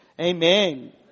Amen